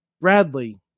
Bradley